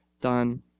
done